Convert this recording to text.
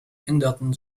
änderten